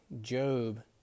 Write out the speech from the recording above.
Job